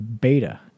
Beta